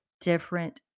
different